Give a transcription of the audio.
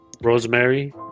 rosemary